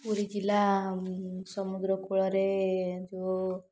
ପୁରୀ ଜିଲ୍ଲା ସମୁଦ୍ର କୂଳରେ ଯେଉଁ